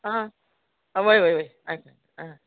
आं हय हय हय आं आं